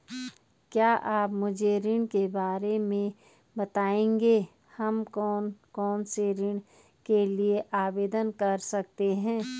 क्या आप मुझे ऋण के बारे में बताएँगे हम कौन कौनसे ऋण के लिए आवेदन कर सकते हैं?